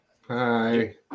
hi